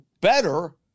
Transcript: better